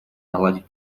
наладить